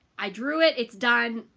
i drew it. it's done.